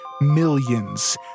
millions